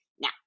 Now